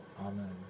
Amen